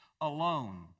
alone